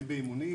הן באימונים,